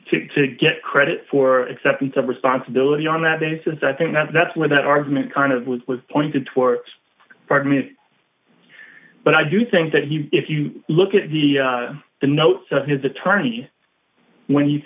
to to get credit for acceptance of responsibility on that basis i think that that's where that argument kind of was was pointed towards me but i do think that he if you look at the the notes of his attorneys when